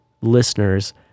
listeners